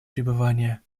пребывания